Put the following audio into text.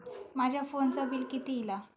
माझ्या फोनचा बिल किती इला?